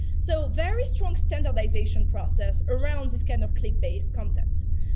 so very strong standardization process around this kind of click-based content.